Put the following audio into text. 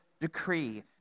decree